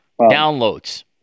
downloads